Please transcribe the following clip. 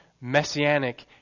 messianic